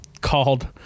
called